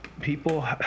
People